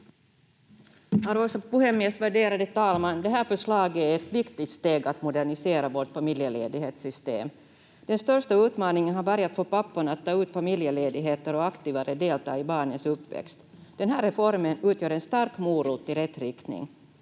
Arvoisa puhemies, värderade talman! Det här förslaget är ett viktigt steg för att modernisera vårt familjeledighetssystem. Den största utmaningen har varit att få papporna att ta ut familjeledigheter och aktivare delta i barnets uppväxt. Den här reformen utgör en stark morot i rätt riktning,